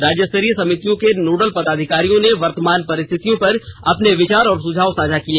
राज्यस्तरीय समितियों के नोडल पदाधिकारियों ने वर्तमान परिस्थिति पर अपने विचार और सुझाव साझा किए